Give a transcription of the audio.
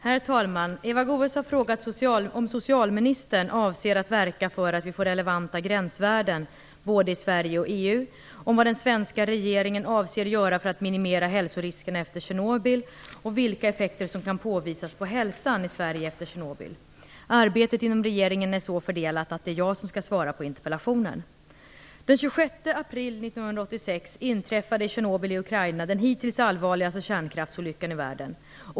Herr talman! Eva Goës har frågat om socialministern avser att verka för att vi får relevanta gränsvärden både i Sverige och i EU, vad den svenska regeringen avser göra för att minimera hälsoriskerna efter Tjernobyl samt vilka effekter som kan påvisas på hälsan i Arbetet inom regeringen är så fördelat att det är jag som skall svara på interpellationen. Den 26 april 1986 inträffade i Tjernobyl i Ukraina den hittills allvarligaste kärnkraftsolyckan i världen.